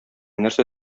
нәрсә